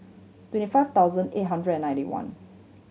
twenty five thousand eight hundred and ninety one